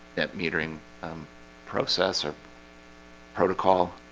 net metering process or protocol